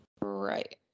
Right